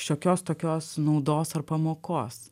šiokios tokios naudos ar pamokos